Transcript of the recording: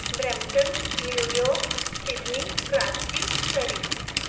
Brampton New York Sydney Karachi Surrey